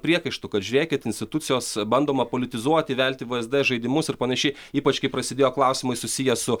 priekaištų kad žiūrėkit institucijos bandoma politizuoti velti vzd į žaidimus ir panašiai ypač kai prasidėjo klausimai susiję su